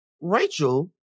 Rachel